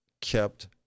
kept